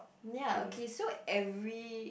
ya okay so every